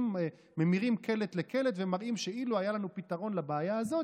ממירים קלט לקלט ומראים שאילו היה לנו פתרון לבעיה הזאת,